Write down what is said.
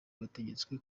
bategetswe